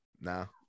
no